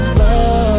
Slow